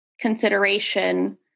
consideration